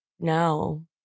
no